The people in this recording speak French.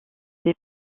des